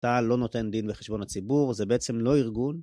אתה לא נותן דין בחשבון הציבור, זה בעצם לא ארגון.